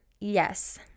yes